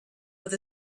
with